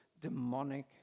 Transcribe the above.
demonic